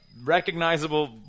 recognizable